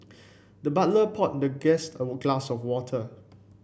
the butler poured the guest a glass of water